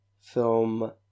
film